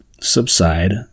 subside